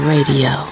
Radio